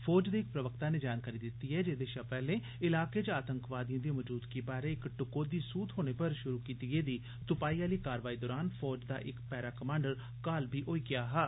फौज दे इक प्रवक्ता नै जानकारी दित्ती ऐ जे एह्दे शापैह्ले इलाके चआतंकवादिएं दी मजूदगी बारे इक टकोह्दी सूह थ्होने पर शुरू कीती गेदी तुपाई आली कारवाई दरान फौज दा इक पैरा कमांडर घायल होई गेआ हा